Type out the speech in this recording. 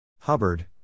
Hubbard